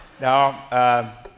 Now